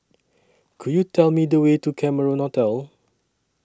Could YOU Tell Me The Way to Cameron Hotel